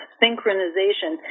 synchronization